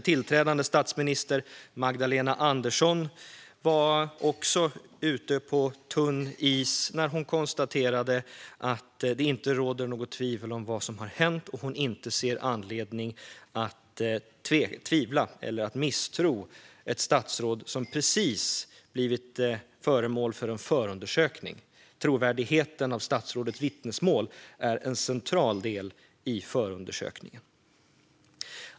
Tillträdande statsminister Magdalena Andersson var också ute på tunn is när hon konstaterade att det inte råder något tvivel om vad som hade hänt och inte såg anledning att misstro ett statsråd som precis blivit föremål för en förundersökning. Trovärdigheten i statsrådets vittnesmål är en central del i förundersökningen.